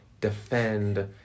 defend